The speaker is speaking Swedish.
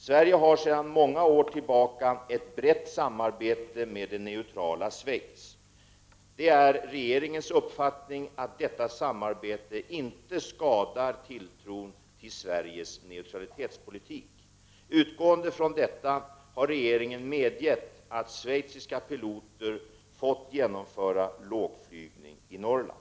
Sverige har sedan många år tillbaka ett brett samarbete med det neutrala Schweiz. Det är regeringens uppfattning att detta samarbete inte skadar tilltron till Sveriges neutralitetspolitik. Utgående från detta har regeringen medgett att schweiziska piloter fått genomföra lågflygning i Norrland.